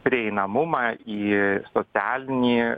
prieinamumą į socialinį